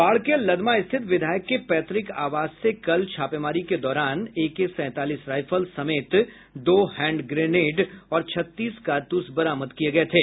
बाढ़ के लदमा स्थित विधायक के पैतृक आवास से कल छापेमारी के दौरान एके सैंतालीस राईफल समेत दो हैंड ग्रेनेड और छत्तीस कारतूस बरामद किये गये थे